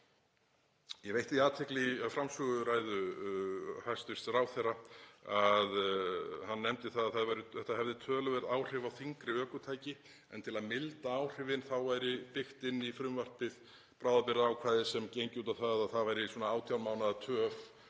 Ég veitti því athygli í framsöguræðu hæstv. ráðherra að hann nefndi að þetta hefði töluverð áhrif á þyngri ökutæki, en til að milda áhrifin væri byggt inn í frumvarpið bráðabirgðaákvæði sem gengi út á að það væri 18 mánaða töf